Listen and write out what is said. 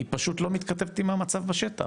ההגבלה פשוט לא מתכתבת עם המצב בשטח,